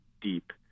deep